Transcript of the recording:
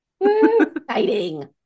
Exciting